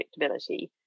predictability